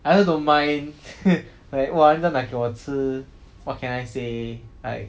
I also don't mind like !wah! 人家拿给我吃 what can I say like